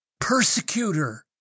persecutor